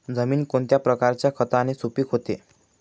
जमीन कोणत्या प्रकारच्या खताने सुपिक होते?